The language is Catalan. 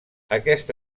aquest